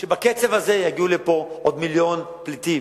בקצב הזה יגיעו לפה עוד מיליון פליטים.